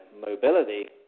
mobility